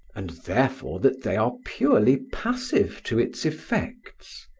and therefore that they are purely passive to its effects.